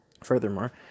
furthermore